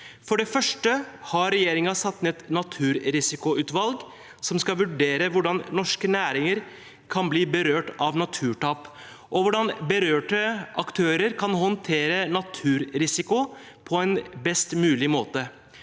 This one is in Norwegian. For det første har regjeringen satt ned et naturrisikoutvalg som skal vurdere hvordan norske næringer kan bli berørt av naturtap, og hvordan berørte aktører kan håndtere naturrisiko på en best mulig måte.